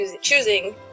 choosing